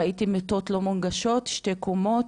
ראיתי מיטות לא מונגשות, שתי קומות,